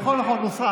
נכון, נכון, הוסרה.